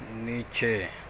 نیچے